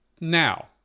Now